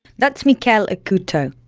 that's michele acuto,